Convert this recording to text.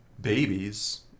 babies